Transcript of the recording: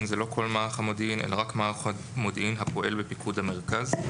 לא כל מערך המודיעין אלא רק מערך המודיעין הפועל בפיקוד המרכז.